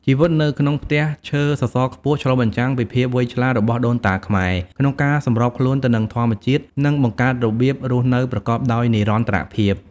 ជីវិតនៅក្នុងផ្ទះឈើសសរខ្ពស់ឆ្លុះបញ្ចាំងពីភាពវៃឆ្លាតរបស់ដូនតាខ្មែរក្នុងការសម្របខ្លួនទៅនឹងធម្មជាតិ និងបង្កើតរបៀបរស់នៅប្រកបដោយនិរន្តរភាព ។